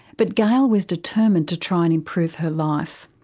but gail was determined to try and improve her life.